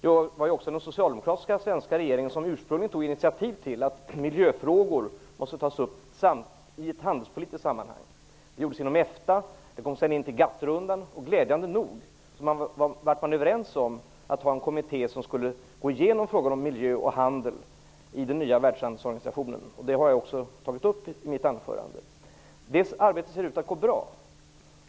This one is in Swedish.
Det var den svenska socialdemokratiska regeringen som ursprungligen tog initiativ till att ta upp miljöfrågor i ett handelspolitiskt sammanhang. Detta gjordes inom EFTA, och det kom senare in i GATT rundan. Glädjande nog kom man överens om att ha en kommitté som skall gå igenom frågan om miljö och handel i den nya världshandelsorganisationen. Det tog jag också upp i mitt anförande. Detta arbete ser ut att gå bra.